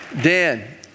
Dan